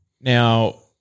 Now